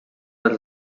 als